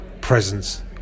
presence